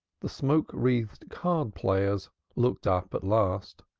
the smoke-wreathed card-players looked up at last.